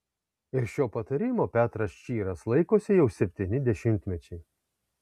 ir šio patarimo petras čyras laikosi jau septyni dešimtmečiai